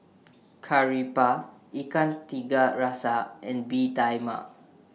Curry Puff Ikan Tiga Rasa and Bee Tai Mak